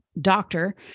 doctor